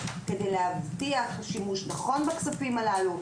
כדי להבטיח שימוש נכון בכספים הללו,